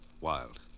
wild